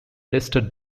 listed